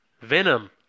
Venom